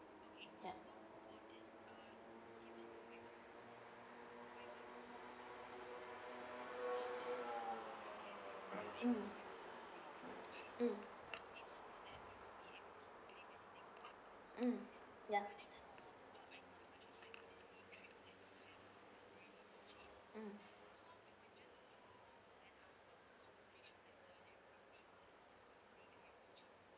mm yup